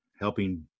helping